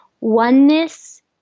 oneness